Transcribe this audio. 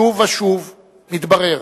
שוב ושוב מתברר